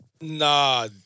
Nah